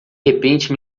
repente